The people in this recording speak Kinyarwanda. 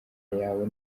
yawe